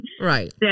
Right